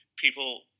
People